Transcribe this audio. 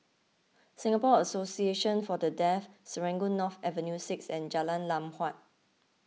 Singapore Association for the Deaf Serangoon North Avenue six and Jalan Lam Huat